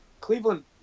Cleveland